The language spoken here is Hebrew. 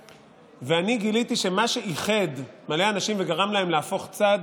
אני גיליתי שמה שאיחד מלא אנשים וגרם להם להפוך צד